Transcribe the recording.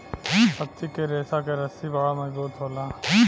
पत्ती के रेशा क रस्सी बड़ा मजबूत होला